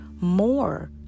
more